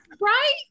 right